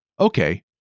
Okay